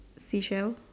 seashell